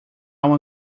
uma